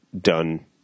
done